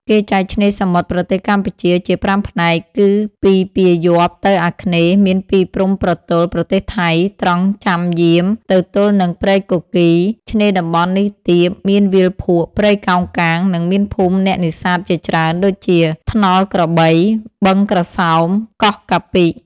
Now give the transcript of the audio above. គេចែកឆ្នេរសមុទ្រប្រទេសកម្ពុជាជា ៥ ផ្នែក គឺពីពាយ័ព្យទៅអាគ្នេយ៍មានពីព្រំប្រទល់ប្រទេសថៃ ត្រង់ ចាំយាម ទៅទល់នឹងព្រែកគគីរ ឆ្នេរតំបន់នេះទាប មានវាលភក់ ព្រៃកោងកាង និងមានភូមិអ្នកនេសាទជាច្រើន ដូចជា ថ្នល់ក្របី បឹងក្រសោប កោះកាពិ។